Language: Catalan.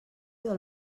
del